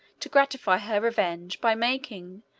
to gratify her revenge, by making,